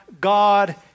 God